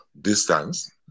distance